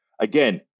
Again